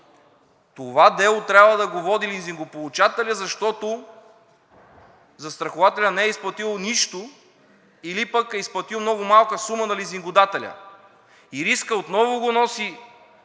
Това дело трябва да го води лизингополучателят, защото застрахователят не е изплатил нищо или пък е изплатил много малка сума на лизингодателя. И риска отново го носи